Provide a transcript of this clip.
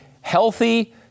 healthy